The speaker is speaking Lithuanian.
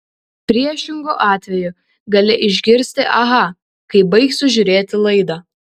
priešingu atveju gali išgirsti aha kai baigsiu žiūrėti laidą